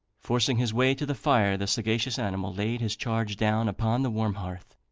forcing his way to the fire, the sagacious animal laid his charge down upon the warm hearth,